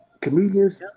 Comedians